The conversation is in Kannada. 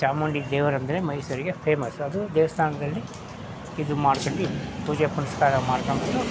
ಚಾಮುಂಡಿ ದೇವರೆಂದ್ರೆ ಮೈಸೂರಿಗೆ ಫೇಮಸ್ಸು ಅದು ದೇವಸ್ಥಾನದಲ್ಲಿ ಇದು ಮಾಡ್ಕೊಂಡು ಪೂಜೆ ಪುನಸ್ಕಾರ ಮಾಡ್ಕೊಂಡು